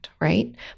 right